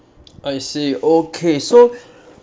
I see okay so